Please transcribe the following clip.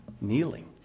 kneeling